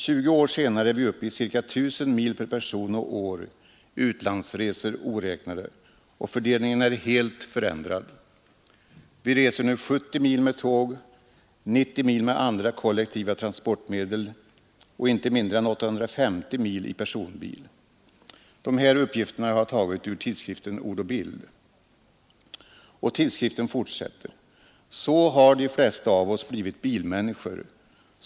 Tjugo år senare är vi uppe i ca 1000 mil per person och år, utlandsresor oräknade, och fördelningen är helt förändrad. Vi reser nu 70 mil med tåg, 90 mil med andra kollektiva transportmedel och inte mindre än 850 mil i personbil. De här uppgifterna har jag tagit ur tidskriften Ord och Bild. Tidskriften fortsätter: Så har de flesta av oss blivit bilmänniskor.